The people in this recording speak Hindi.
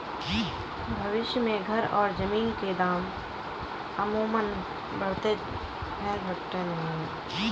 भविष्य में घर और जमीन के दाम अमूमन बढ़ जाते हैं घटते नहीं